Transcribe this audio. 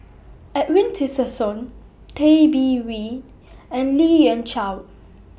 Edwin Tessensohn Tay Bin Wee and Lien Ying Chow